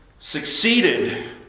succeeded